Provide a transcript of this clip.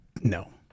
no